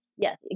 yes